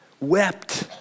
wept